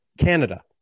Canada